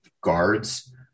guards